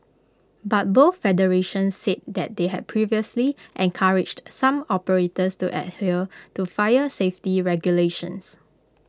but both federations said that they had previously encouraged some operators to adhere to fire safety regulations